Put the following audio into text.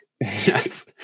Yes